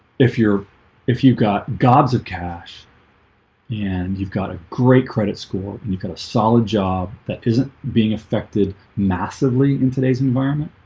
if you're if you've got gobs of cash and you've got a great credit score and you've got a solid job that isn't being affected massively in today's environment